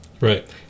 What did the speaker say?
right